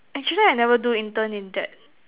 actually I never do intern in that